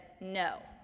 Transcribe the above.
no